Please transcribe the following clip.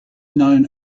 known